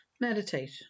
Meditate